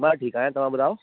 मां ठीकु आहियां तव्हां ॿुधाओ